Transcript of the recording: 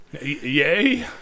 Yay